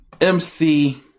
MC